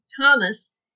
Thomas